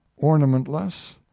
ornamentless